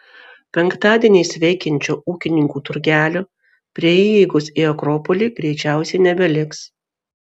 penktadieniais veikiančio ūkininkų turgelio prie įeigos į akropolį greičiausiai nebeliks